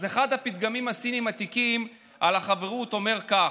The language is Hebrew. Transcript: אחד הפתגמים הסיניים העתיקים על חברות אומר כך: